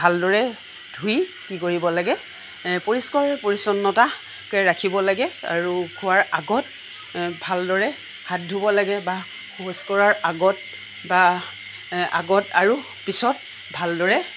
ভালদৰে ধুই কি কৰিব লাগে পৰিষ্কাৰ পৰিচন্নতাকৈ ৰাখিব লাগে আৰু খোৱাৰ আগত ভালদৰে হাত ধুব লাগে বা শৌচ কৰাৰ আগত বা আগত আৰু পিছত ভালদৰে